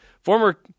Former